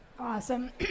Awesome